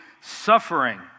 suffering